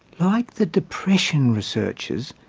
like the depression researchers,